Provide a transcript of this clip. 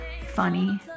funny